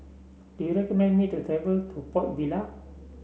do you recommend me to travel to Port Vila